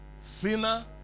sinner